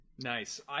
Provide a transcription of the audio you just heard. Nice